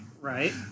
Right